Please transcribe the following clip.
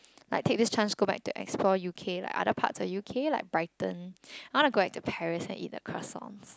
like take this chance go back to explore U_K like other parts of U_K like Brighton I want to go back to Paris and eat the croissants